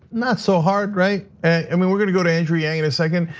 not so hard, right? and we're we're gonna go to andrew yang in a second.